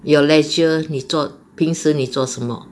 your leisure 你做平时你做什么